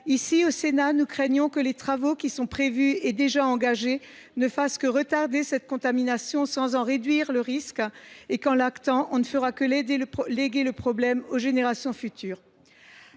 Ici, au Sénat, nous craignons que les travaux prévus et déjà engagés ne servent qu’à retarder cette contamination, sans en réduire le risque. En actant cette situation, nous ne ferions que léguer le problème aux générations futures.